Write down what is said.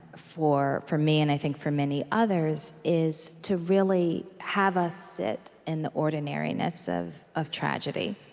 for for me and, i think, for many others, is to really have us sit in the ordinariness of of tragedy,